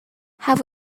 have